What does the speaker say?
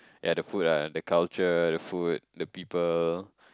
ya the food ah the culture the food the people